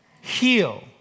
heal